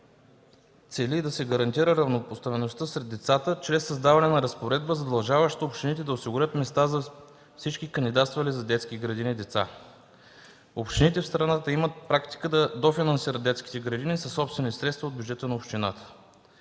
цели да се гарантира равнопоставеността сред децата чрез създаване на разпоредба, задължаваща общините да осигурят места за всички кандидатствали за детски градини деца. Общините в страната имат практиката да дофинансират детските градини със собствени средства от бюджета на общината.